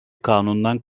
kanundan